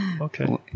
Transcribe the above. Okay